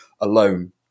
alone